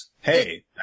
hey